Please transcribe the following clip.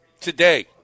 Today